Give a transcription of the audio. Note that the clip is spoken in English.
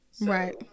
Right